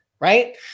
right